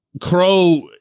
Crow